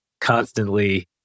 constantly